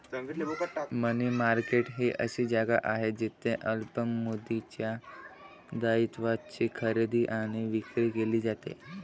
मनी market ही अशी जागा आहे जिथे अल्प मुदतीच्या दायित्वांची खरेदी आणि विक्री केली जाते